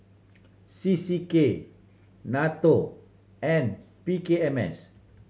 C C K NATO and P K M S